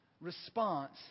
response